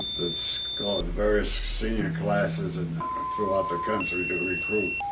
called the various senior classes and throughout the country to recruit